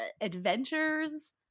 adventures